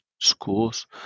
schools